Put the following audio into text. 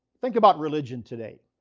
think about religion today.